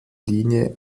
linie